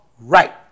right